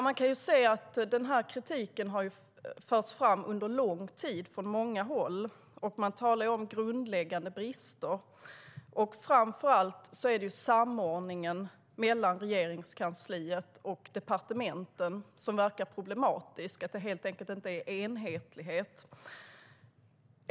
Man kan se att denna kritik har förts fram under lång tid från många håll, och man talar om grundläggande brister. Framför allt är det samordningen mellan Regeringskansliet och departementen som verkar vara problematisk. Det är helt enkelt inte enhetlighet.